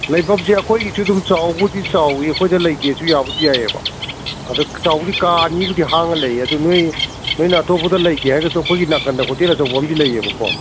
ꯂꯩꯐꯝꯁꯦ ꯑꯩꯈꯣꯏꯒꯤꯁꯨ ꯑꯗꯨꯝ ꯆꯥꯎꯕꯨꯗꯤ ꯆꯥꯎꯏ ꯑꯩꯈꯣꯏꯗ ꯂꯩꯒꯦꯁꯨ ꯌꯥꯕꯨꯗꯤ ꯌꯥꯏꯌꯦꯕ ꯑꯗꯣ ꯆꯥꯎꯕꯕꯨꯗꯤ ꯀꯥ ꯑꯅꯤꯕꯨꯗꯤ ꯍꯥꯡꯉ ꯂꯩꯌꯦ ꯑꯗꯨ ꯅꯣꯏ ꯅꯣꯏꯅ ꯑꯇꯣꯞꯄꯗ ꯂꯩꯒꯦ ꯍꯥꯏꯔꯒꯁꯨ ꯑꯩꯈꯣꯏꯒꯤ ꯅꯥꯀꯟꯗ ꯍꯣꯇꯦꯜ ꯑꯆꯧꯕ ꯑꯝꯗꯤ ꯂꯩꯌꯦꯕꯀꯣ